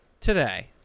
today